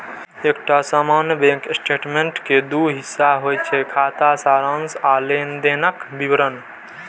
एकटा सामान्य bank statement के दू हिस्सा होइ छै, खाता सारांश आ लेनदेनक विवरण